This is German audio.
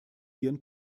ihren